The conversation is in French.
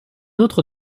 autre